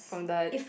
from the